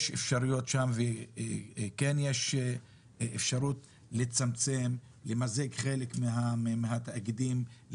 יש אפשרויות שם וכן יש אפשרות לצמצם ולמזג חלק מהתאגידים,